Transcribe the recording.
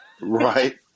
Right